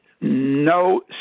no